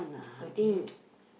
okay